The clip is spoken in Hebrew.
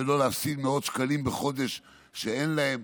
ולא להפסיד מאות שקלים בחודש שאין להם.